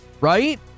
right